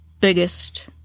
biggest